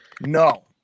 No